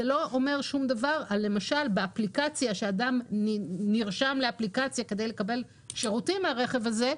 כאשר למשל אדם נרשם לאפליקציה כדי לקבל שירות לרכב הזה,